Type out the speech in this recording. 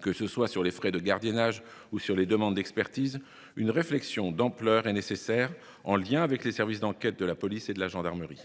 Que ce soit sur les frais de gardiennage ou sur les demandes d’expertise, une réflexion d’ampleur est nécessaire, en lien avec les services d’enquête de la police et de la gendarmerie.